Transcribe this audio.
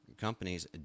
companies